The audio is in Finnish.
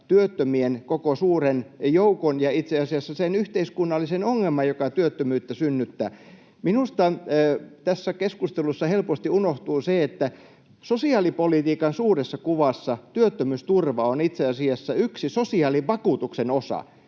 työttömien koko suuren joukon ja itse asiassa sen yhteiskunnallisen ongelman, joka työttömyyttä synnyttää. Minusta tässä keskustelussa helposti unohtuu se, että sosiaalipolitiikan suuressa kuvassa työttömyysturva on itse asiassa yksi sosiaalivakuutuksen osa.